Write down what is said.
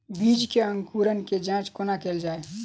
बीज केँ अंकुरण केँ जाँच कोना केल जाइ?